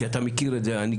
כי אתה מכיר את הגמישות,